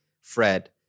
Fred